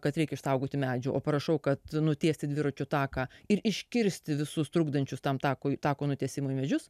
kad reikia išsaugoti medžių o parašau kad nutiesti dviračių taką ir iškirsti visus trukdančius tam takui tako nutiesimui medžius